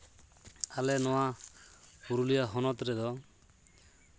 ᱟᱞᱮ ᱱᱚᱣᱟ ᱯᱩᱨᱩᱞᱤᱭᱟᱹ ᱦᱚᱱᱚᱛ ᱨᱮᱫᱚ